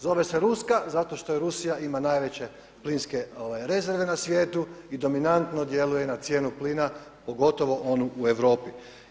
Zove se ruska zato što Rusija ima najveće plinske rezerve na svijetu i dominantno djeluje na cijenu plina pogotovo onu u Europi.